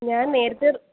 ഞാൻ നേരത്തെ